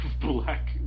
black